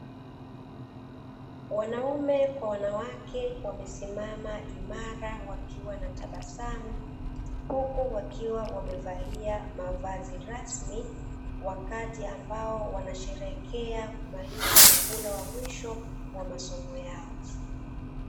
Wanaume kwa wanawake wamesimama imara, wakiwa na tabasamu huku wakiwa wamevalia mavazi rasmi, wakati ambao wanasherekea kumaliza muhula wa mwisho wa masomo yao.